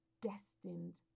destined